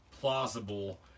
plausible